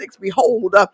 Behold